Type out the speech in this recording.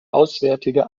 auswärtige